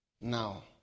now